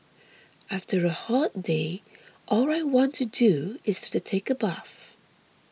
after a hot day all I want to do is to take a bath